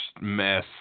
mess